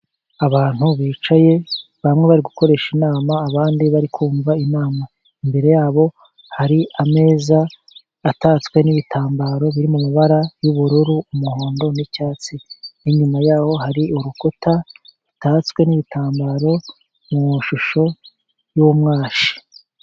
Abantu bicaye, bamwe bari gukoresha inama, abandi bari kumva inama. Imbere yabo hari ameza atatswe n'ibitambaro biri mu mabara y'ubururu, umuhondo n'icyatsi. N'inyuma yaho hari urukuta rutatswe n'ibitambaro, mu mashusho y'umwashi.